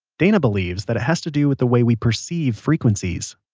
dana believes that it has to do with the way we perceive frequencies